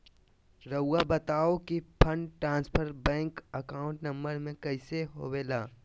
रहुआ बताहो कि fund transfer bank account number में कैसे होबेला?